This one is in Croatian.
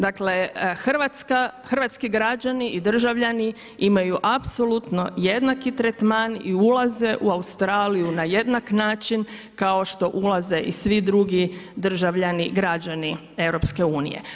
Dakle hrvatski građani i državljani imaju apsolutno jednaki tretman i ulaze u Australiju na jednak način kao što ulaze i svi drugi državljani, građani EU.